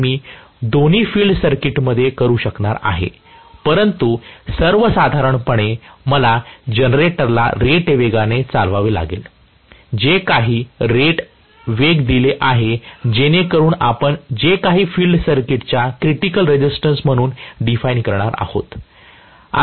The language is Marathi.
तर मी दोन्ही फील्ड सर्किटमध्ये करू शकणार आहे परंतु सर्वसाधारणपणे आम्ही जनरेटरला रेट वेगाने चालवितो जे काही रेट वेग दिले आहे जेणेकरुन आपण जे काही फील्ड सर्किटच्या क्रिटिकल रेझिस्टन्स म्हणून डिफाइन करत आहोत